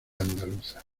andaluza